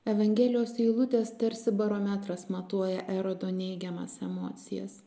evangelijos eilutės tarsi barometras matuoja erodo neigiamas emocijas